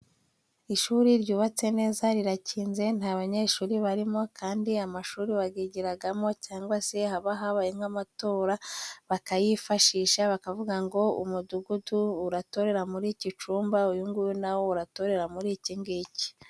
Ishuri ryubatse neza rirakinze nta banyeshuri barimo kandi amashuri bagijyiragamo cyangwa se haba habaye nka matora bakayifashisha bakavuga ngo umudugudu uratorera muri ici cumba uyu nguyu naho uratorera muri iki ngiki.